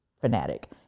fanatic